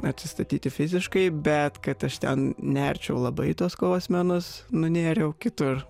atsistatyti fiziškai bet kad aš ten nerčiau labai tuos kovos menus nunėriau kitur